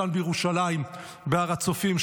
כאן בירושלים בהר הצופים,